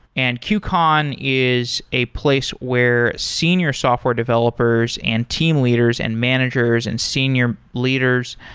and qcon is a place where senior software developers and team leaders and managers and senior leaders,